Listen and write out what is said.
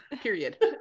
period